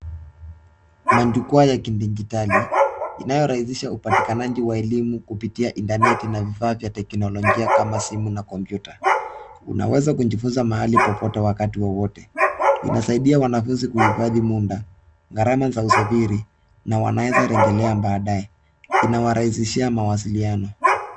Majukua ya kidigitali inaorahisha upatikanaji wa elimu kupitia internet na vifaa vya kiteknolojia kama simu na kompyuta. Unaweza kujifunza mahali popote wakati wowote. Inasaidia wanafunzi kuhifadi muda karama za usafiri na wanaeza rejelea baadaye, inawarahisishia mawaziliano.